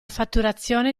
fatturazione